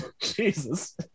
Jesus